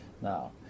Now